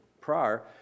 prior